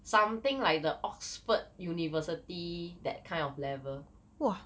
something like the oxford university that kind of level